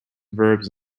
verbs